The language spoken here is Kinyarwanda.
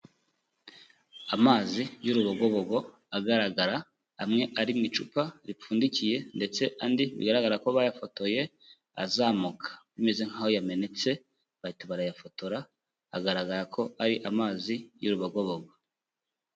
Amazi y'urubogobogo agaragara amwe ari mu icupa ripfundikiye, ndetse andi bigaragara ko bayafotoye azamuka bimeze nk'aho yamenetse bahita barayafotora, agaragara ko ari amazi y'urubagobogo.